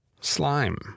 Slime